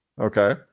Okay